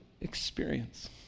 experience